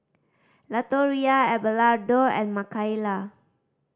Latoria Abelardo and Makaila